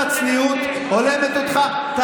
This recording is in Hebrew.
קצת צניעות הולמת אותך.